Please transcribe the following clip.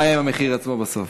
מה יהיה עם המחיר עצמו בסוף.